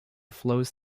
flows